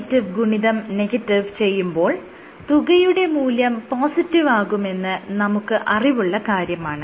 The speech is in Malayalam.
നെഗറ്റിവ് ഗുണിതം നെഗറ്റിവ് ചെയ്യുമ്പോൾ തുകയുടെ മൂല്യം പോസിറ്റിവാകുമെന്ന് നമുക്ക് അറിവുള്ള കാര്യമാണ്